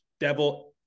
devil